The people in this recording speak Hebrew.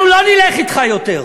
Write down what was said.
אנחנו לא נלך אתך יותר.